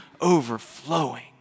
overflowing